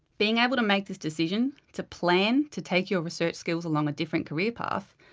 being able to make this decision, to plan to take your research skills along a different career path,